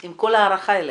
עם כל ההערכה אליך,